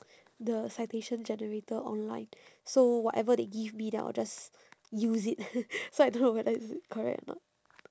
the citation generator online so whatever they give me then I will just use it so I don't know whether is it correct or not